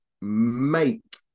make